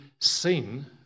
seen